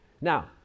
Now